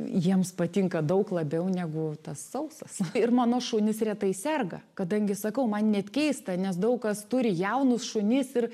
jiems patinka daug labiau negu tas sausas ir mano šunys retai serga kadangi sakau man net keista nes daug kas turi jaunus šunis ir